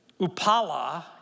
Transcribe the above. Upala